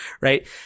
right